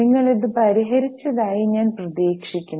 നിങ്ങൾ അത് പരിഹരിച്ചതായി ഞാൻ പ്രതീക്ഷിക്കുന്നു